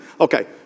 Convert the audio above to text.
okay